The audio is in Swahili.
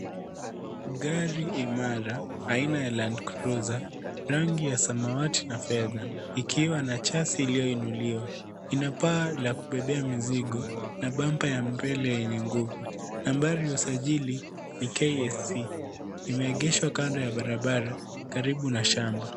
Gari imara aina ya Landcruiser, rangi ya samawati na fedha ikiwa na chasi iliyo inuliwa. Ina paa la kubebea mizigo na bampa ya mbele yenye nguvu. Nambari ya usajili ni KAC. Imeegeshwa kando ya barabara karibu na shamba.